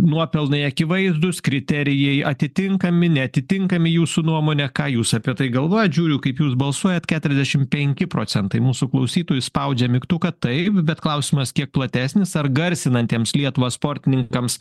nuopelnai akivaizdūs kriterijai atitinkami neatitinkami jūsų nuomone ką jūs apie tai galvojat žiūriu kaip jūs balsuojat keturiasdešimt penki procentai mūsų klausytojų spaudžia mygtuką taip bet klausimas kiek platesnis ar garsinantiems lietuvą sportininkams